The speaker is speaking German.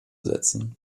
setzen